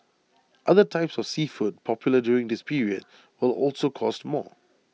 other types of seafood popular during this period will also cost more